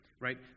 right